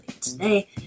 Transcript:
Today